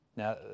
Now